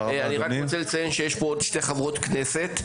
אני רק רוצה לציין שיש פה עוד שתי חברות כנסת: